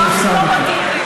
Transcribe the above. לא מתאים לי.